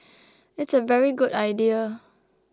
it's a very good idea